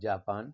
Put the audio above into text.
Japan